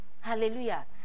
Hallelujah